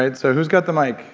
and so who's got the mic?